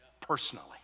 personally